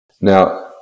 Now